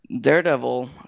Daredevil